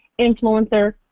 influencer